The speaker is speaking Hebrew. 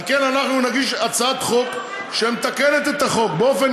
על כן אנחנו נגיש הצעת חוק שמתקנת את החוק באופן